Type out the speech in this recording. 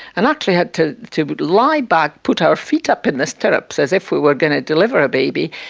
and actually had to to lie back, put our feet up in the stirrups as if we were going to deliver a baby.